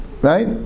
right